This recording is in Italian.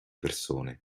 persone